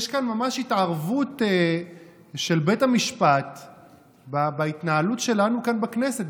יש כאן ממש התערבות של בית המשפט בהתנהלות שלנו כאן בכנסת.